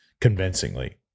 convincingly